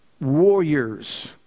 warriors